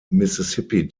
mississippi